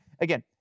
again